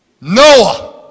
Noah